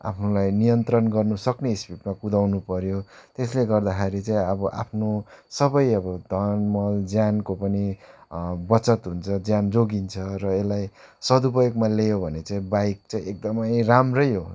आफूलाई नियन्त्रण गर्नु सक्ने स्पिडमा कुदाउनु पर्यो त्यसले गर्दाखेरि चाहिँ अब आफ्नो सबै अब धन माल ज्यानको पनि बचत हुन्छ ज्यान जोगिन्छ र यसलाई सदुपयोगमा ल्यायो भने चाहिँ बाइक चाहिँ एकदमै राम्रै हो